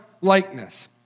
likeness